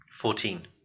Fourteen